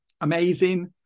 amazing